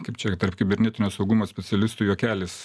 kaip čia tarp kibernetinio saugumo specialistų juokelis